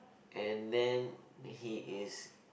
and then he is